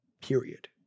period